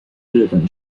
日本